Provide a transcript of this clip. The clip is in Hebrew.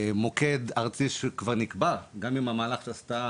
מוקד ארצי שכבר נקבע, גם אם המהלך שעשתה